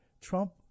Trump